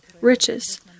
Riches